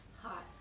Hot